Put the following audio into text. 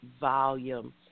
volume